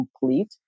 complete